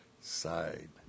side